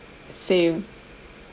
same